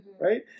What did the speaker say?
right